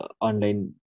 online